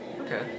Okay